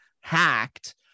hacked